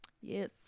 Yes